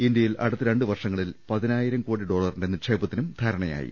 ഇന്തൃയിൽ അടുത്ത രണ്ട് വർഷങ്ങ ളിൽ പതിനായിരംകോടി ഡോളറിന്റെ നിക്ഷേപത്തിനും ധാരണയാ യി